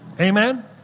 Amen